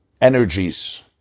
energies